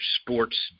sports